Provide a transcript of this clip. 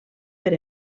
per